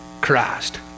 Christ